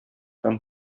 һәм